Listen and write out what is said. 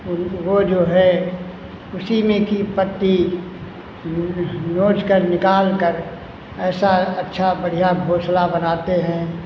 वो जो है उसी में की पत्ती नोच कर निकाल कर ऐसा अच्छा बढ़िया घोंसला बनाते हैं